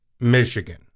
Michigan